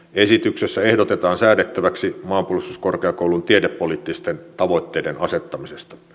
esityksessä ehdotetaan säädettäväksi maanpuolustuskorkeakoulun tiedepoliittisten tavoitteiden asettamisesta